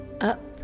up